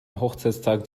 hochzeitstag